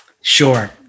Sure